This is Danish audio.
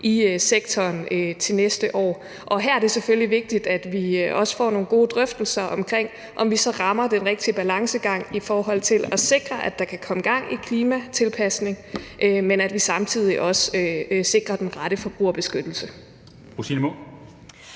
i sektoren til næste år. Her er det selvfølgelig vigtigt, at vi også får nogle gode drøftelser omkring, om vi så rammer den rigtige balancegang i forhold til at sikre, at der kan komme gang i klimatilpasning, men samtidig også sikrer den rette forbrugerbeskyttelse.